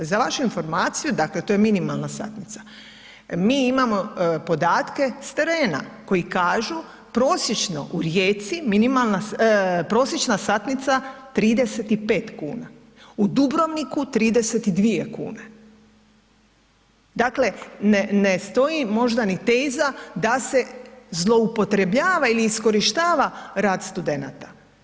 Za vašu informaciju, dakle to je minimalna satnica, mi imamo podatke s terena koji kažu prosječno u Rijeci minimalna, prosječna satnica 35 kuna, u Dubrovniku 32 kune, dakle ne stoji možda ni teza da se zloupotrebljava ili iskorištava rad studenata.